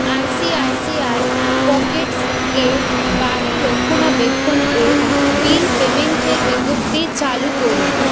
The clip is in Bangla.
আইসিআইসিআই পকেটস এ বাড়ি রক্ষণাবেক্ষণ এর বিল পেমেন্টের বিজ্ঞপ্তি চালু করুন